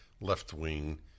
left-wing